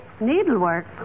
Needlework